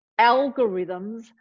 algorithms